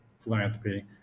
philanthropy